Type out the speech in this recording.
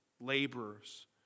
laborers